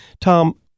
Tom